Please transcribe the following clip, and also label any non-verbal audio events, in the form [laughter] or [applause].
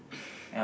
[breath]